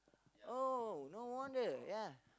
oh no wonder ya